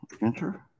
enter